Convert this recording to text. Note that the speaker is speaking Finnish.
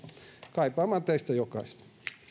kaipaamaan teistä jokaista